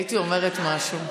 לא עומדים על הזמנים.